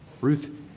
Ruth